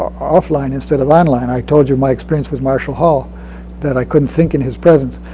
offline instead of online. i told you my experience with marshall hall that i couldn't think in his presence.